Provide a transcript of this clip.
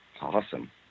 Awesome